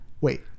wait